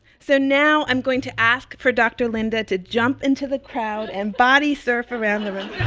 so now, i'm going to ask for dr. linda to jump into the crowd and bodysurf around the room.